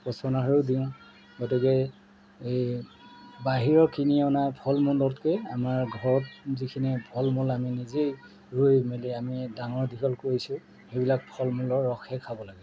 পচন সাৰো দিওঁ গতিকে এই বাহিৰৰ কিনি অনা ফল মূলতকৈ আমাৰ ঘৰত যিখিনি ফল মূল আমি নিজেই ৰুই মেলি আমি ডাঙৰ দীঘল কৰিছোঁ সেইবিলাক ফল মূলৰ ৰসহে খাব লাগে